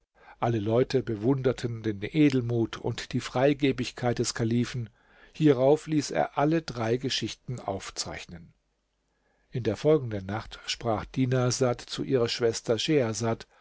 alle leute bewunderten den edelmut und die freigebigkeit des kalifen hierauf ließ er alle drei geschichten aufzeichnen in der folgenden nacht sprach dinarsad zu ihrer schwester